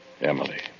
Emily